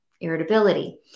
irritability